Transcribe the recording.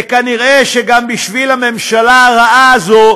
וכנראה גם בשביל הממשלה הרעה הזאת.